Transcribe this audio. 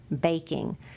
baking